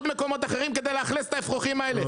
מקומות אחרים כדי לאכלס את האפרוחים האלה.